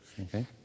okay